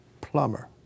plumber